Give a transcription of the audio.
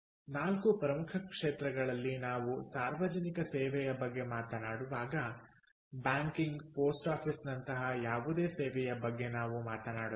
ನಾಲ್ಕು ಪ್ರಮುಖ ಕ್ಷೇತ್ರಗಳಲ್ಲಿ ನಾವು ಸಾರ್ವಜನಿಕ ಸೇವೆಯ ಬಗ್ಗೆ ಮಾತನಾಡುವಾಗ ಬ್ಯಾಂಕಿಂಗ್ ಪೋಸ್ಟ್ ಆಫೀಸ್ನಂತಹ ಯಾವುದೇ ಸೇವೆಯ ಬಗ್ಗೆ ನಾವು ಮಾತನಾಡುತ್ತೇವೆ